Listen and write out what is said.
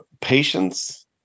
patience